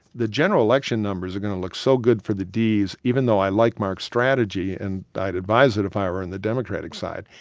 the general election numbers are going to look so good for the ds, even though i like mark's strategy and i'd advise it if i were in the democratic side.